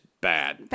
bad